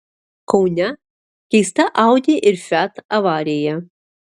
kaune keista audi ir fiat avarija